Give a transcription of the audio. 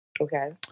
Okay